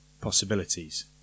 possibilities